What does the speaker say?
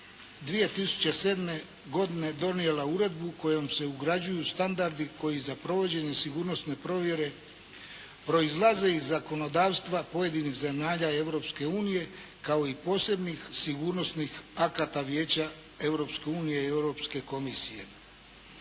2007. godine donijela Uredbu kojom se ugrađuju standardi koji za provođenje sigurnosne provjere proizlaze iz zakonodavstva pojedinih zemalja Europske unije, kao i posebnih sigurnosnih akata Vijeća Europske unije